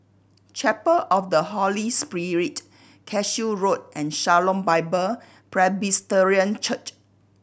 Chapel of the Holy Spirit Cashew Road and Shalom Bible Presbyterian Church